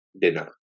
dinner